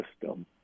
system